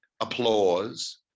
Applause